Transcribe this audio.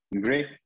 Great